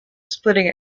splitting